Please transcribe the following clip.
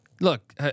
look